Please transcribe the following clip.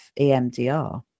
emdr